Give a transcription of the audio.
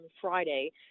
Friday